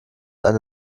eine